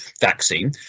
vaccine